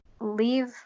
leave